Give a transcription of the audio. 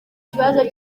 kibazo